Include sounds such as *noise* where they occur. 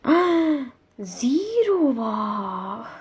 *breath* zero ah